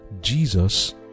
Jesus